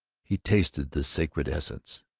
he tasted the sacred essence.